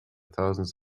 thousands